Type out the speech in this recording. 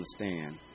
understand